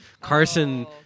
Carson